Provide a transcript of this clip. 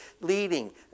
leading